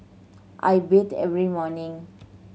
I bathe every morning